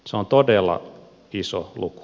se on todella iso luku